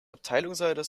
abteilungsleiter